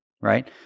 right